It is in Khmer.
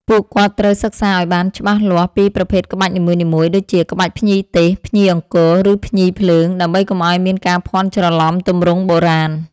ពួកគាត់ត្រូវសិក្សាឱ្យបានច្បាស់លាស់ពីប្រភេទក្បាច់នីមួយៗ ដូចជាក្បាច់ភ្ញីទេស ភ្ញីអង្គរ ឬភ្ញីភ្លើង ដើម្បីកុំឱ្យមានការភាន់ច្រឡំទម្រង់បុរាណ។